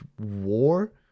war